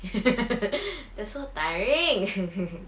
they're so tiring